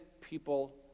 people